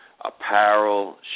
apparel